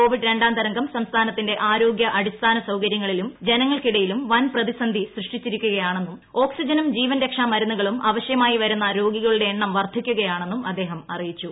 Covid രണ്ടാം തരംഗിക് സംസ്ഥാനത്തിന്റെ ആരോഗൃ അടിസ്ഥാന സൌകരൃങ്ങളിലും ജനങ്ങൾക്കിടയിലും വൻ പ്രതിസന്ധി സൃഷ്ടിച്ചിരിക്കുകയാണെന്നും ഓക്സിജനും ജീവൻരക്ഷാ മരുന്നുകളും ആവശ്യമായി വരുന്ന രോഗികളുടെ എണ്ണം വർദ്ധിക്കുകയാണന്നും അദ്ദേഹം അറിയിച്ചു